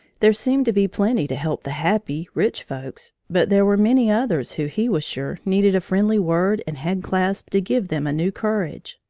there seemed to be plenty to help the happy, rich folks, but there were many others who he was sure needed a friendly word and hand-clasp to give them new courage.